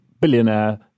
billionaire